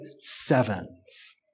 sevens